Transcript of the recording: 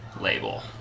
label